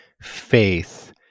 faith